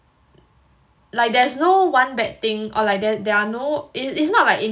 like there's no one bad thing or like that there are no it's not like